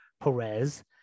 Perez